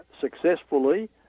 successfully